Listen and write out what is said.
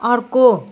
अर्को